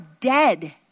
dead